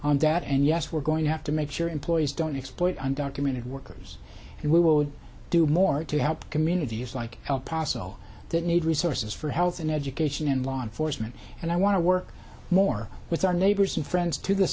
on that and yes we're going to have to make sure employees don't exploit undocumented workers and we will do more to help communities like el paso that need resources for health and education and law enforcement and i want to work more with our neighbors and friends to the